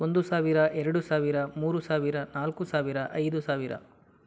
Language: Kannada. ಒಂದು ಸಾವಿರ ಎರಡು ಸಾವಿರ ಮೂರು ಸಾವಿರ ನಾಲ್ಕು ಸಾವಿರ ಐದು ಸಾವಿರ